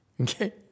okay